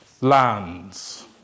lands